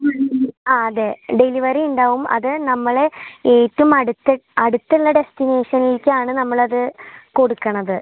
ആ അതെ ഡെലിവറി ഉണ്ടാവും അത് നമ്മൾ ഏറ്റവും അടുത്ത് അടുത്തുള്ള ഡെസ്റ്റിനേഷനിലേക്കാണ് നമ്മൾ അത് കൊടുക്കുന്നത്